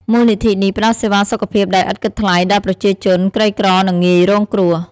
មូលនិធិនេះផ្តល់សេវាសុខភាពដោយឥតគិតថ្លៃដល់ប្រជាជនក្រីក្រនិងងាយរងគ្រោះ។